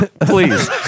Please